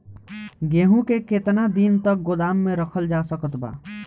गेहूँ के केतना दिन तक गोदाम मे रखल जा सकत बा?